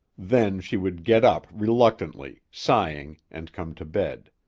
then she would get up reluctantly, sighing, and come to bed.